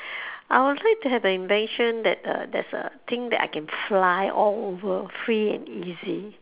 I would like to have a invention that uh there's a thing that I can fly all over free and easy